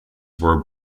were